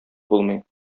булмый